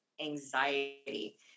anxiety